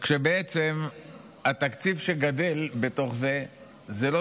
כשבעצם התקציב שגדל בתוך זה הוא לא